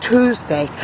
Tuesday